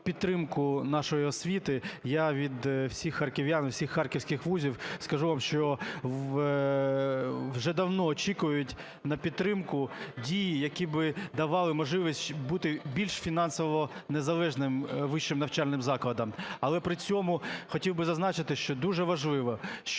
підтримку нашої освіти. Я від всіх харків'ян і всіх харківських вузів скажу вам, що вже давно очікують на підтримку, дії, які б давали можливість бути більш фінансово незалежними вищим навчальним закладам. Але при цьому хотів би зазначити, що дуже важливо, щоб